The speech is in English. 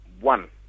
One